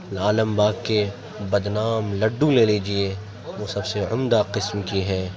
عالم باغ کے بدنام لڈو لے لیجیے وہ سب سے عمدہ قسم کی ہے